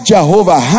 Jehovah